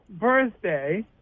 birthday